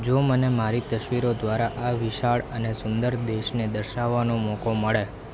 જો મને મારી તસવીરો દ્વારા આ વિશાળ અને સુંદર દેશને દર્શાવાનો મોકો મળે